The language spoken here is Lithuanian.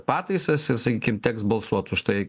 pataisas ir sakykim teks balsuot už tai